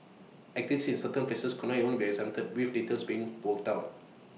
activities in certain places could even be exempt with details being worked out